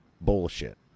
bullshit